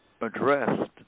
addressed